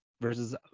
versus